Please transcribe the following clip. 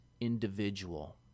individual